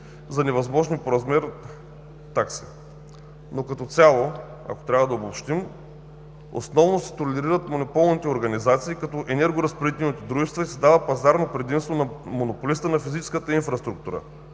за невъзможни по размер такси. Но като цяло, ако трябва да обобщим, основно се толерират монополните организации като енергоразпределителните дружества и се дава пазарно предимство на монополиста на физическата инфраструктура